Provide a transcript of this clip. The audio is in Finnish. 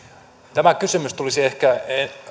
tämä kysymys tulisi ehkä